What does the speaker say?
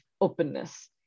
openness